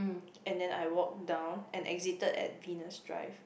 and then I walk down and exited at Venus Drive